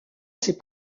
ses